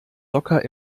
locker